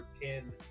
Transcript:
pin